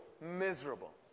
miserable